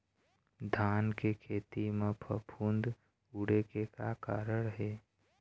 धान के खेती म फफूंद उड़े के का कारण हे?